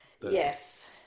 Yes